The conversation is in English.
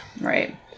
Right